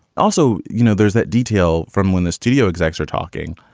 also, you know, there's that detail from when the studio exacts or talking.